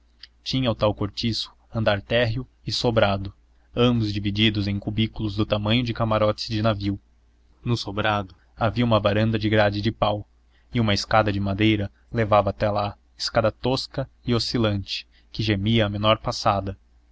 tinha o tal cortiço andar térreo e sobrado ambos divididos em cubículos do tamanho de camarotes de navio no sobrado havia uma varanda de grade de pau e uma escada de madeira levava até lá escada tosca e oscilante que gemia à menor passada